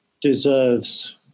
deserves